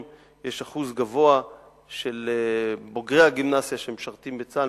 שיש אחוז גבוה של בוגרי הגימנסיה שמשרתים בצה"ל,